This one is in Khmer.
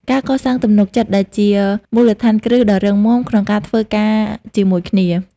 ការកសាងទំនុកចិត្ត ដែលជាមូលដ្ឋានគ្រឹះដ៏រឹងមាំក្នុងការធ្វើការជាមួយគ្នា។